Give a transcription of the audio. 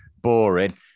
boring